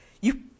you-